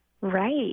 Right